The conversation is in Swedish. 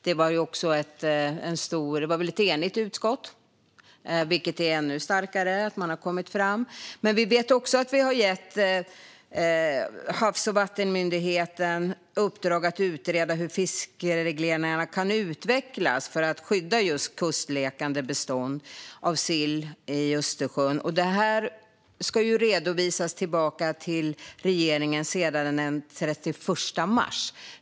Det var väl ett enigt utskott som stod bakom detta, vilket är ännu starkare. Vi har gett Havs och vattenmyndigheten i uppdrag att utreda hur fiskereglerna kan utvecklas för att skydda just kustlekande bestånd av sill i Östersjön. Detta ska redovisas tillbaka till regeringen den 31 mars.